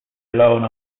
alone